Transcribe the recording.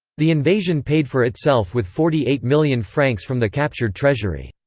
the invasion paid for itself with forty eight million francs from the captured treasury.